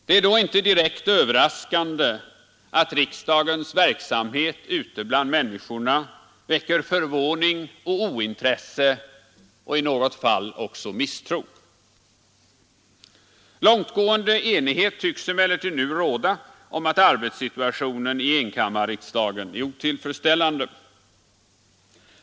Det är då inte direkt överraskande att riksdagens verksamhet ute bland människorna väcker förvåning och ointresse, i något fall också misstro. Långtgående enighet tycks emellertid nu råda om att arbetssituationen i enkammarriksdagen är otillfredsställande.